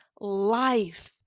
life